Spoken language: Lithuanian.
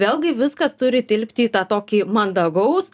vėlgi viskas turi tilpti į tą tokį mandagaus